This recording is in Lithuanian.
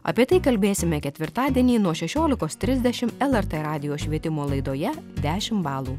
apie tai kalbėsime ketvirtadienį nuo šešiolikos trisdešimt lrt radijo švietimo laidoje dešimt balų